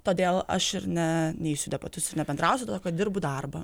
todėl aš ir ne neisiu į debatus ir nebendrausiu todėl kad dirbu darbą